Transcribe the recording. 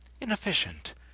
Inefficient